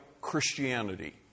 Christianity